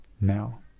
now